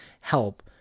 help